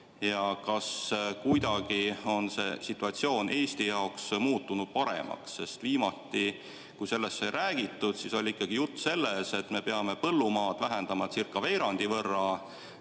Kas kuidagi on see situatsioon Eesti jaoks muutunud paremaks? Viimati, kui sellest sai räägitud, oli ikkagi jutt, et me peame põllumaad vähendamacircaveerandi võrra,